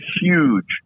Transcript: huge